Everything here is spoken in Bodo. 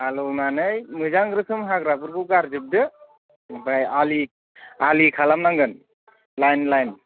हालौनानै मोजां रोखोम हाग्राफोरखौ गारजोबदो ओमफ्राय आलि आलि खालामनांगोन लाइन लाइन